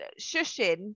shushing